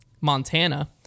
Montana